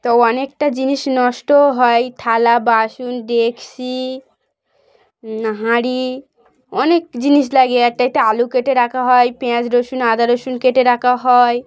তো অনেকটা জিনিস নষ্টও হয় থালা বাসন ডেকচি হাঁড়ি অনেক জিনিস লাগে একটাতে আলু কেটে রাখা হয় পেঁয়াজ রসুন আদা রসুন কেটে রাখা হয়